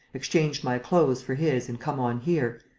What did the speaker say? exchanged my clothes for his and come on here,